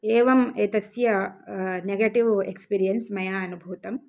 एवम् एतस्य negative experience मया अनुभूतं